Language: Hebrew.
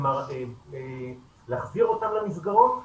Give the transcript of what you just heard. כלומר להחזיר אותם למסגרות,